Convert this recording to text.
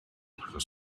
achos